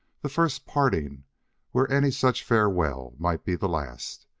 the first parting where any such farewell might be the last.